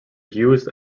used